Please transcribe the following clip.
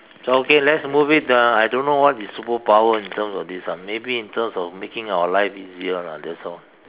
so okay let's move it uh I don't what is superpower in terms of this ah maybe in terms of making our lives easier lah that's all